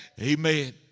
Amen